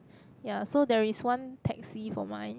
ya so there is one Taxi for mine